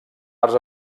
arts